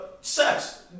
sex